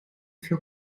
für